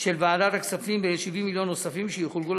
של ועדת הכספים: 70 מיליון נוספים שיחולקו